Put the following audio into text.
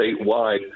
statewide